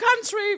country